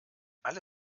alle